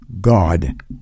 God